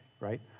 right